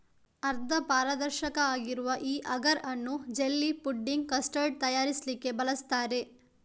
ಅರ್ಧ ಪಾರದರ್ಶಕ ಆಗಿರುವ ಈ ಅಗರ್ ಅನ್ನು ಜೆಲ್ಲಿ, ಫುಡ್ಡಿಂಗ್, ಕಸ್ಟರ್ಡ್ ತಯಾರಿಸ್ಲಿಕ್ಕೆ ಬಳಸ್ತಾರೆ